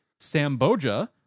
Samboja